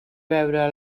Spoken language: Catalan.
veure